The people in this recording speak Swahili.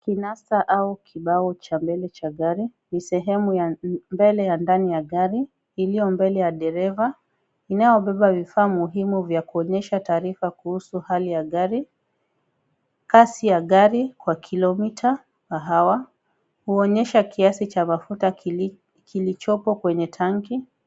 Kinasa au kibao cha mbele cha gari ni sehemu ya mbele ya ndani ya gari iliyo mbele ya dereva inayobeba vifaa muhimu vya kuonyesha taarifa kuhusu Hali ya gari, kasi ya gari kwa kilometer per hour huonyesha kiasi cha mafuta kilichoko kwenye tangi.